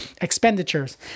expenditures